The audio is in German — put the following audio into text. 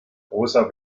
grosser